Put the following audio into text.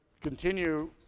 continue